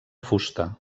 fusta